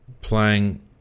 playing